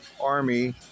army